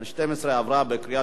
נתקבל.